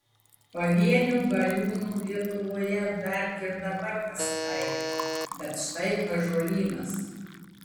pavienių galiūnų lietuvoje dar ir dabar pasitaiko bet štai ąžuolynas